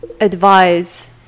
advise